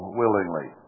willingly